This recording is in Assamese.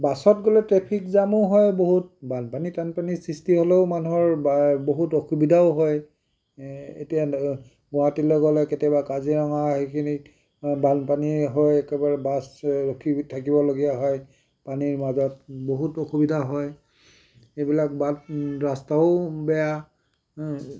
বাছত গ'লে ট্ৰেফিক জামো হয় বহুত বানপানী তানপানী সৃষ্টি হ'লেও মানুহৰ বা বহুত অসুবিধাও হয় এতিয়া গুৱাহাটীলৈ গ'লে কেতিয়াবা কাজিৰঙা সেইখিনিত বানপানী হয় একেবাৰে বাছ ৰখি থাকিবলগীয়া হয় পানীৰ মাজত বহুত অসুবিধা হয় এইবিলাক বাট ৰাস্তাও বেয়া